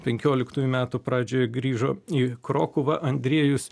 penkioliktųjų metų pradžioje grįžo į krokuvą andriejus